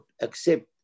accept